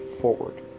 forward